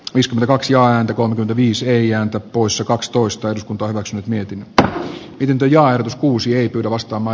ysfm kaksi ääntä kun viisi ei ääntä puissa kakstoista kun panokset toteaa että pienten ja uusien arvostama